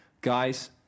Guys